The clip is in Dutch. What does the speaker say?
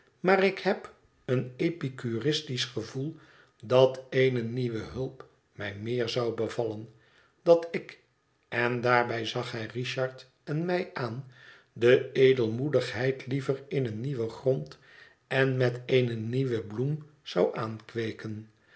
maar ik heb een epicüristisch gevoel dat eene nieuwe hulp mij meer zou bevallen dat ik en daarbij zag hij richard en mij aan de edelmoedigheid liever in een nieuwen grond en met eene nieuwe bloem zou